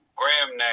Graham